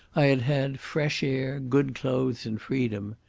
i had had fresh air, good clothes, and freedom.